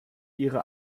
ihre